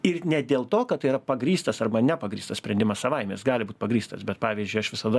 ir ne dėl to kad tai yra pagrįstas arba nepagrįstas sprendimas savaime gali būti pagrįstas bet pavyzdžiui aš visada